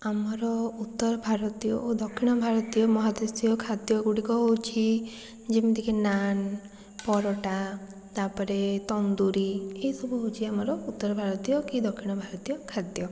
ଆମର ଉତ୍ତର ଭାରତୀୟ ଦକ୍ଷିଣ ଭାରତୀୟ ଓ ମହାଦେଶୀୟ ଖାଦ୍ୟଗୁଡ଼ିକ ହେଉଛି ଯେମିତିକି ନାନ୍ ପରଟା ତା'ପରେ ତନ୍ଦୁରୀ ଏଇସବୁ ହେଉଛି ଆମର ଉତ୍ତର ଭାରତୀୟ କି ଦକ୍ଷିଣ ଭାରତୀୟ ଖାଦ୍ୟ